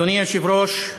אדוני היושב-ראש,